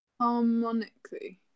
harmonically